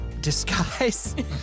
disguise